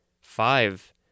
Five